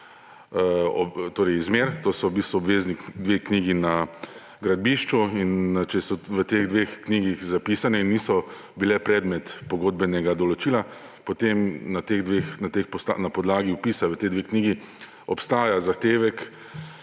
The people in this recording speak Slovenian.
To sta v bistvu obvezni dve knjigi na gradbišču. Če so v teh dveh knjigah zapisane in niso bile predmet pogodbenega določila, potem na podlagi vpisa v ti dve knjigi obstaja utemeljen